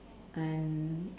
and